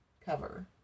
cover